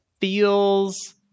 feels